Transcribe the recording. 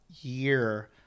year